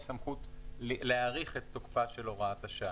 יש סמכות להאריך את תוקפה של הוראת השעה.